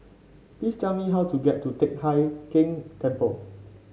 please tell me how to get to Teck Hai Keng Temple